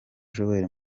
joel